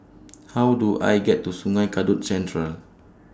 How Do I get to Sungei Kadut Central